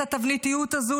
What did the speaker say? את התבניתיות הזו,